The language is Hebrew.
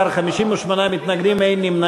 חברי הכנסת, בעד, 14, 58 מתנגדים, אין נמנעים.